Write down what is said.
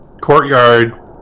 courtyard